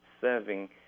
serving